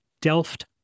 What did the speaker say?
Delft